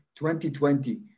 2020